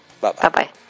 Bye-bye